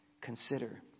consider